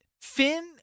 Finn